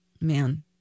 man